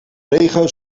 regen